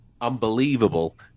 unbelievable